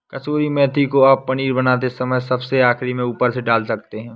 कसूरी मेथी को आप पनीर बनाते समय सबसे आखिरी में ऊपर से डाल सकते हैं